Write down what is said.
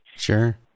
Sure